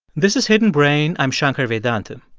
this is hidden brain. i'm shankar vedantam.